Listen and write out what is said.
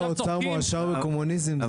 משרד האוצר מואשם בקומוניזם.